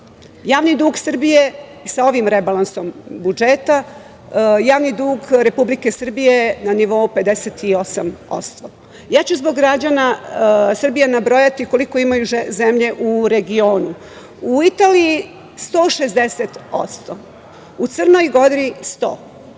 Javni dug Srbije sa ovim rebalansom budžeta je na nivou 58%.Ja ću zbog građana Srbije nabrojati koliko imaju zemlje u regionu. U Italiji 160%, u Crnoj Gori 100%,